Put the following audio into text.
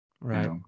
right